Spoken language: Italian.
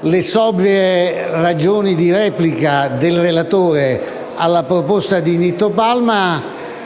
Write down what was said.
le sobrie ragioni di replica del relatore alla proposta del senatore Palma,